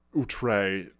outre